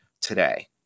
today